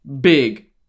big